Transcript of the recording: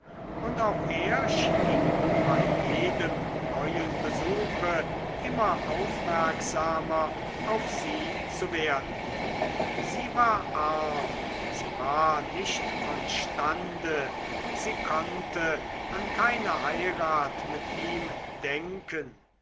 und auch er schien bei jedem neuen besuche immer aufmerksamer auf sie zu werden sie war arm sie war nicht von stande sie konnte an keine heirat mit ihm denken